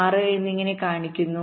6 എന്നിങ്ങനെ കാണിക്കുന്നു